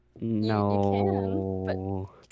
No